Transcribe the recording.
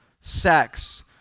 sex